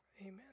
Amen